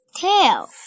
tail